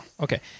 Okay